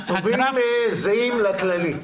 זהים לכללי.